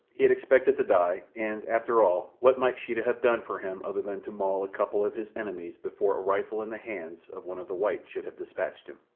he had expected to die, and, after all, what might sheeta have done for him other than to maul a couple of his enemies before a rifle in the hands of one of the whites should have dispatched him!